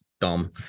dumb